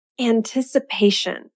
anticipation